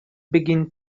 begin